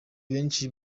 benshi